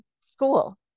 school